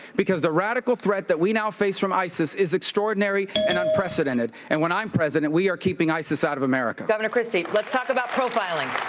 because the radical threat that we now face from isis is extraordinary and unprecedented. and when i'm president, we are keeping isis out of america. governor christie, let's talk about profiling.